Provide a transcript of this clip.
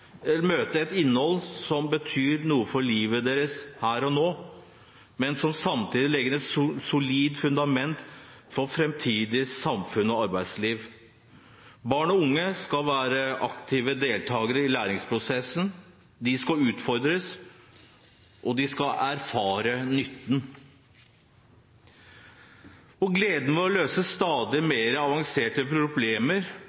møte et innhold som betyr noe for livet deres her og nå, men som samtidig legger et solid fundament for framtidig samfunns- og arbeidsliv. Barn og unge skal være aktive deltakere i læringsprosessen, de skal utfordres, og de skal erfare nytten og gleden ved å løse stadig